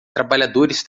trabalhadores